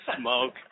smoke